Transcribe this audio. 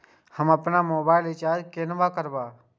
हम अपन mobile recharge केना करब?